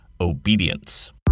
obedience